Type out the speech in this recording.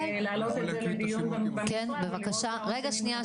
להעלות את זה לדיון --- רגע שנייה,